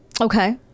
Okay